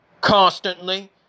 constantly